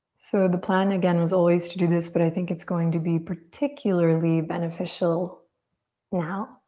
so the plan, again, was always to do this but i think it's going to be particularly beneficial now.